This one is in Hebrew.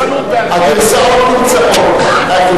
הגרסאות נמצאות.